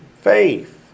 faith